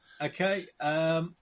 Okay